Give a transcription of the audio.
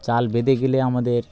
জাল বেঁধে গেলে আমাদের